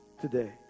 today